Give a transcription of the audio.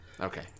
okay